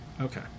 okay